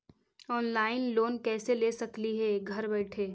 Online loan कैसे ले सकली हे घर बैठे?